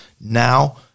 now